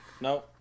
No